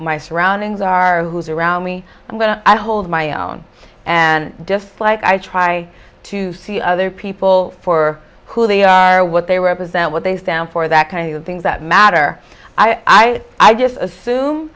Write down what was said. my surroundings are who's around me and what i hold my own and dislike i try to see other people for who they are what they represent what they stand for that kind of things that matter i if i just assume